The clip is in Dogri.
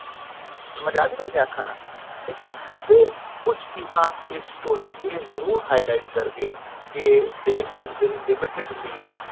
समझ आ दी में केह् आखा ना ठीक ऐ ते कुछ चीजां इस स्टोरी च एह् जरूर हाईलाइट करगे के दे हैड वेरी लिमिटिड मीन्स